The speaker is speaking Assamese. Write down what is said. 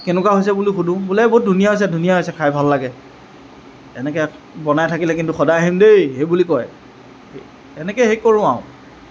কেনেকুৱা হৈছে বুলি সুধো বোলে বহুত ধুনীয়া হৈছে ধুনীয়া হৈছে খাই ভাল লাগে এনেকে বনাই থাকিলে কিন্তু সদায় আহিম দেই সেনেকে সেই কৰোঁ আৰু